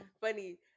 funny